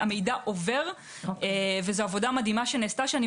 המידע עובר וזו עבודה מדהימה שנעשתה שאני